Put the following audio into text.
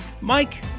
Mike